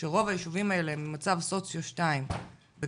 כשרוב הישובים האלה הם במצב סוציו 2 וכשכמעט